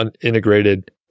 integrated